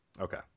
Okay